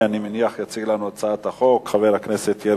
אני קובע שהצעת חוק החוזים (חלק כללי) (תיקון מס' 2)